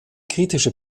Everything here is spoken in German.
kritische